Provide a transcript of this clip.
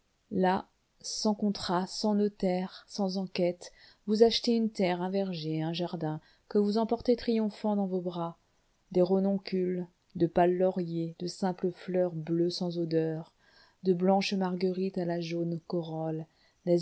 là sans contrat sans notaire sans enquête vous achetez une terre un verger un jardin que vous emportez triomphant dans vos bras des renoncules de pâles lauriers de simples fleurs bleues sans odeur de blanches marguerites à la jaune corolle